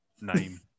name